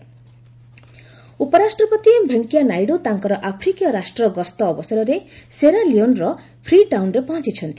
VP Sierra Leone ଉପରାଷ୍ଟ୍ରପତି M Venkaiah Naidu ତାଙ୍କର ଆଫ୍ରିକୀୟ ରାଷ୍ଟ୍ର ଗସ୍ତ ଅବସରରେ ସେରା ଲିଓନ୍ର ଫ୍ରି ଟାଉନ୍ରେ ପହଞ୍ଚଛନ୍ତି